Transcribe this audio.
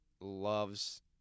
loves